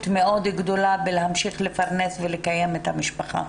מאוד גדולה בלהמשיך לפרנס ולקיים את המשפחה.